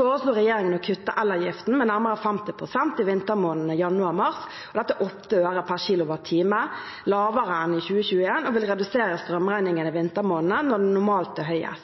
foreslår regjeringen å kutte elavgiften med nærmere 50 pst. i vintermånedene januar–mars. Dette er åtte øre lavere per kilowattime enn i 2021 og vil redusere